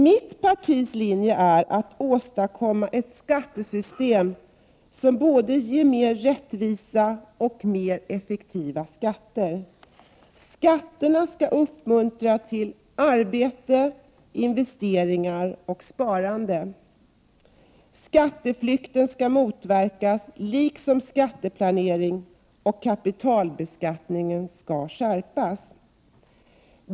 Mitt partis linje är att åstadkomma ett skattesystem som ger både mer rättvisa och mer effektiva skatter. Skatterna skall uppmuntra till arbete, investeringar och sparande. Skatteflykt skall motverkas liksom skatteplanering, och kapitalbeskattningen skall skärpas.